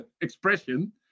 expression